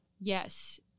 Yes